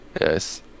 Yes